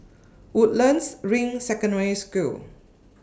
Woodlands Ring Secondary School